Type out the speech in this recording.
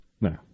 No